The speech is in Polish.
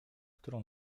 którą